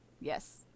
Yes